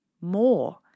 more